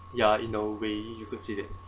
ya in a way you could say that